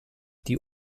die